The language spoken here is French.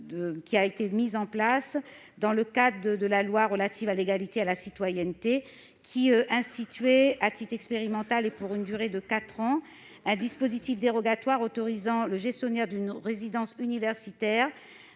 La loi n° 2017-86 du 27 janvier 2017 relative à l'égalité et à la citoyenneté a institué, à titre expérimental et pour une durée de quatre ans, un dispositif dérogatoire autorisant le gestionnaire d'une résidence universitaire